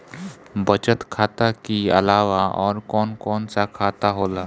बचत खाता कि अलावा और कौन कौन सा खाता होला?